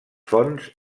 fonts